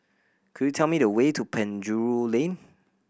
could you tell me the way to Penjuru Lane